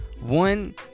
one